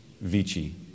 vici